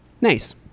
nice